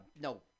No